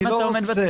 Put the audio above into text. אני לא רוצה.